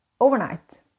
overnight